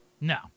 No